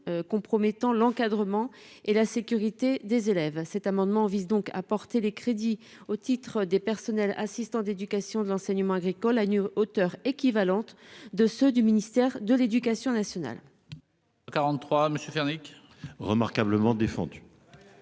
compromettant l'encadrement et la sécurité des élèves à cet amendement vise donc à porter les crédits au titre des personnels assistants d'éducation, de l'enseignement agricole agneau hauteur équivalente de ceux du ministère de l'Éducation nationale.